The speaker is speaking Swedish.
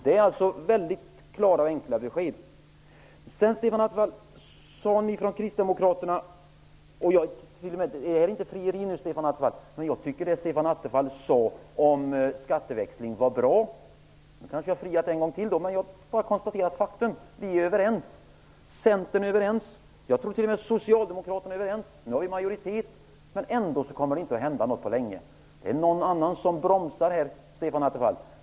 Det är alltså mycket klara och enkla besked. Jag tycker att det som Stefan Attefall sade om skatteväxlingen var bra. Det är inte något frieri. Jag konstaterar faktum. Vi är överens. Centern och t.o.m. Socialdemokraterna, tror jag, är överens om detta. Vi är i majoritet. Ändå kommer det inte att hända något på länge. Det är några andra som bromsar, Stefan Attefall.